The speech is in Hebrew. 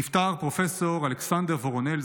נפטר פרופ' אלכסנדר וורונל,